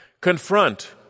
Confront